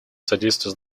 содействия